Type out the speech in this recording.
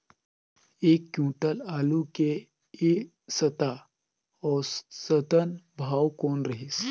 एक क्विंटल आलू के ऐ सप्ता औसतन भाव कौन रहिस?